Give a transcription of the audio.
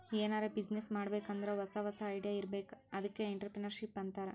ಎನಾರೇ ಬಿಸಿನ್ನೆಸ್ ಮಾಡ್ಬೇಕ್ ಅಂದುರ್ ಹೊಸಾ ಹೊಸಾ ಐಡಿಯಾ ಇರ್ಬೇಕ್ ಅದ್ಕೆ ಎಂಟ್ರರ್ಪ್ರಿನರ್ಶಿಪ್ ಅಂತಾರ್